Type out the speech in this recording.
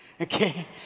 Okay